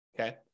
okay